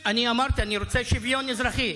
אני אמרתי: אני רוצה שוויון אזרחי.